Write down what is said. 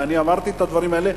ואני אמרתי את הדברים האלה.